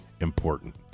important